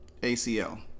ACL